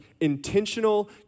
Intentional